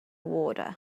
water